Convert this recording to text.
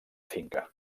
finca